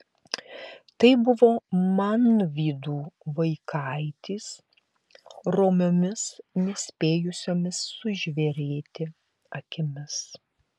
tai buvo manvydų vaikaitis romiomis nespėjusiomis sužvėrėti akimis